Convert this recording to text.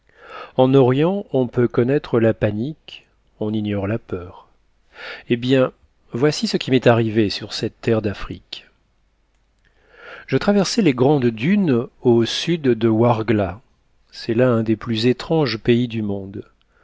en orient on peut connaître la panique on ignore la peur eh bien voici ce qui m'est arrivé sur cette terre d'afrique je traversais les grandes dunes au sud de ouargla c'est là un des plus étranges pays du monde